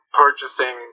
purchasing